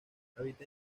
habita